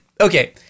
Okay